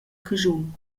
caschun